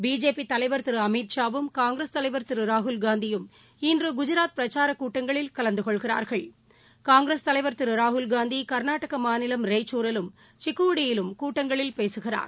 BJP தலைவர் திரு அமித்ஷாவும் காங்கிரஸ் தலைவர் திரு ராகுல்காந்தியும் இன்று குஜாத் பிரச்சாரக் கூட்டங்களில் கலந்து கொள்கிறார்கள் காங்கிரஸ் தலைவர் திரு ராகுல்காந்தி கர்நாடக மாநிலம் ரெய்க்சூரிலும் சிக்கோடியிலும் கூட்டங்களில் பேசுகிறார்